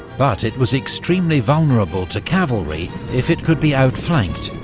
but it was extremely vulnerable to cavalry if it could be outflanked,